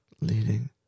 leading